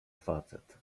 facet